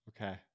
Okay